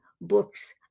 books